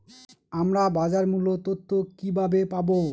আমরা বাজার মূল্য তথ্য কিবাবে পাবো?